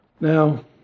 Now